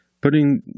putting